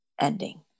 ending